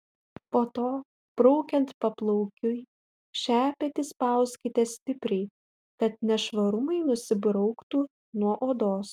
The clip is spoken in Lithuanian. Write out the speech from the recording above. po to braukiant paplaukiui šepetį spauskite stipriai kad nešvarumai nusibrauktų nuo odos